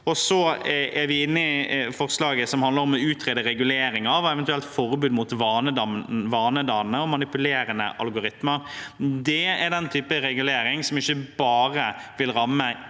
Så er vi med på forslaget som handler om å utrede regulering og eventuelt forbud mot vanedannende og manipulerende algoritmer. Det er den typen regulering som ikke bare vil ramme